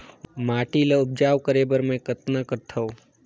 माटी ल उपजाऊ करे बर मै कतना करथव?